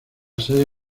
sede